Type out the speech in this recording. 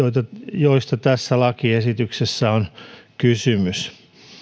joista lakiesityksessä on kysymys